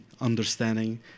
understanding